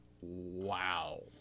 wow